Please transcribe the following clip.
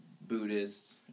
Buddhists